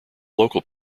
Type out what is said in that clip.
local